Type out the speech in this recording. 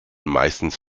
meistens